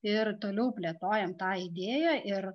ir toliau plėtojam tą idėją ir